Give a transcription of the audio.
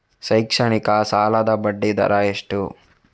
ಶೈಕ್ಷಣಿಕ ಸಾಲದ ಬಡ್ಡಿ ದರ ಎಷ್ಟು?